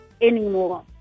anymore